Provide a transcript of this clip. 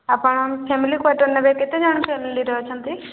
ଆପଣ family quarter ନେବେ କେତେ ଜଣ ଫ୍ୟାମିଲିରେ ଅଛନ୍ତି